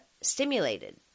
stimulated